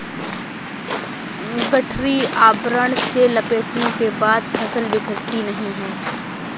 गठरी आवरण से लपेटने के बाद फसल बिखरती नहीं है